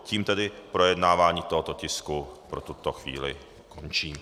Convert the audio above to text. Tím tedy projednávání tohoto tisku pro tuto chvíli končím.